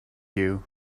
you